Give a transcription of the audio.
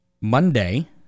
Monday